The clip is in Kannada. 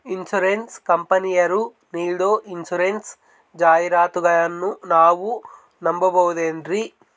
ಇನ್ಸೂರೆನ್ಸ್ ಕಂಪನಿಯರು ನೀಡೋ ಇನ್ಸೂರೆನ್ಸ್ ಜಾಹಿರಾತುಗಳನ್ನು ನಾವು ನಂಬಹುದೇನ್ರಿ?